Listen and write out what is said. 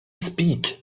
speak